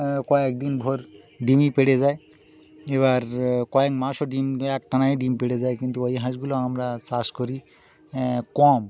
কয়েকদিন ভর ডিমই পেড়ে যায় এবার কয়েক মাসও ডিম একটানাই ডিম পেড়ে যায় কিন্তু ওই হাঁসগুলো আমরা চাষ করি কম